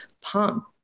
pump